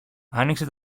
άνοιξε